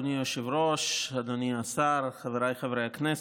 אדוני היושב-ראש, אדוני השר, חבריי חברי הכנסת,